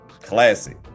Classic